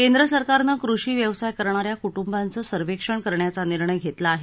केंद्र सरकारनं कृषी व्यवसाय करणा या कुटुंबाचं सर्वेक्षण करण्याचा निर्णय घेतला आहे